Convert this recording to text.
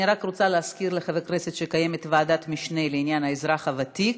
אני רק רוצה להזכיר לחברי הכנסת שקיימת ועדת משנה לעניין האזרח הוותיק,